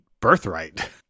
birthright